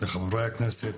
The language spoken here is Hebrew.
לחברי הכנסת,